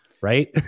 right